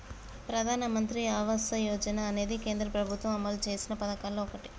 ప్రధానమంత్రి ఆవాస యోజన అనేది కేంద్ర ప్రభుత్వం అమలు చేసిన పదకాల్లో ఓటి